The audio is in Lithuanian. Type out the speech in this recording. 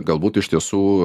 galbūt iš tiesų